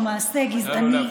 הוא מעשה גזעני,